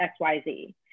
xyz